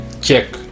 check